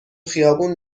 خیابون